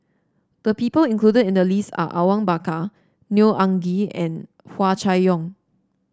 the people included in the list are Awang Bakar Neo Anngee and Hua Chai Yong